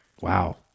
Wow